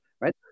Right